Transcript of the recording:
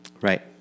Right